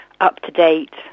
up-to-date